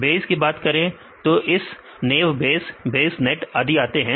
Bayes की बात करें तो इस नेवबेयस बेयसनेट आदि आते हैं